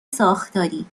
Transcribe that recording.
ساختاری